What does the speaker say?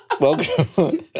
Welcome